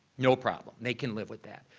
no problem. they can live with that.